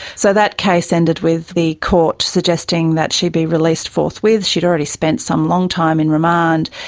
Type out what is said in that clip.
so that case ended with the court suggesting that she be released forthwith. she had already spent some long time in remand.